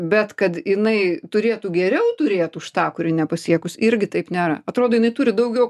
bet kad jinai turėtų geriau turėt už tą kuri nepasiekus irgi taip nėra atrodo jinai turi daugiau